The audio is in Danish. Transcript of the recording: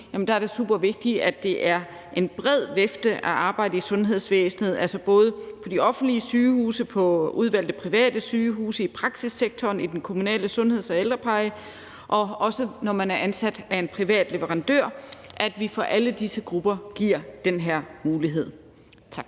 er det supervigtigt, at det er en bred vifte af arbejde i sundhedsvæsenet, det gælder, altså både på de offentlige sygehuse, på udvalgte private sygehuse, i praksissektoren, i den kommunale sundheds- og ældrepleje og også, når man er ansat af en privat leverandør, så vi giver alle disse grupper den her mulighed. Tak.